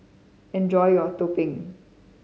enjoy your Tumpeng